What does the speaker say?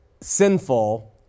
sinful